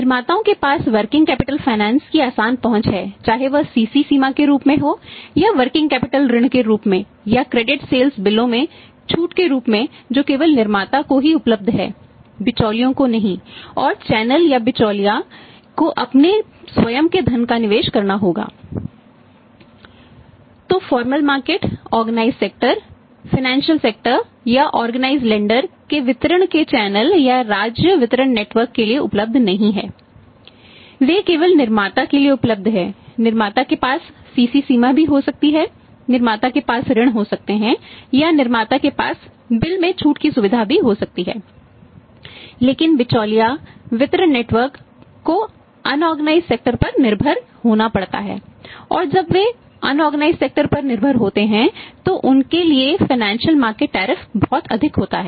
निर्माताओं के पास वर्किंग कैपिटल फाइनेंस टैरिफ क्या है